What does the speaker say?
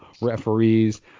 referees